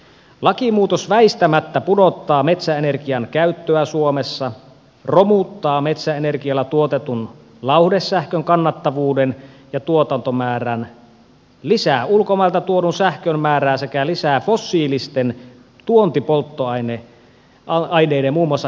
lakimuutos väistämättä pudottaa metsäenergian käyttöä suomessa romuttaa metsäenergialla tuotetun lauhdesähkön kannattavuuden ja tuotantomäärän lisää ulkomailta tuodun sähkön määrää sekä lisää fossiilisten tuontipolttoaineiden muun muassa hiilen käyttöä